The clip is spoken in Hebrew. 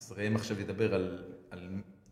ישראל עכשיו ידבר על